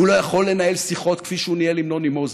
הוא לא יכול לנהל שיחות כפי שהוא ניהל עם נוני מוזס.